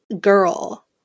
girl